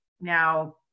now